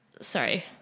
sorry